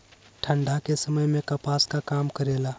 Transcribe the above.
ठंडा के समय मे कपास का काम करेला?